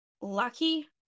Lucky